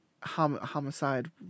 homicide